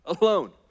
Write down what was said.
alone